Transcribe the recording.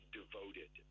devoted